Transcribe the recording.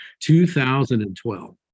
2012